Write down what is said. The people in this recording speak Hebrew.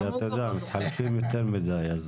מתחלפים יותר מדי.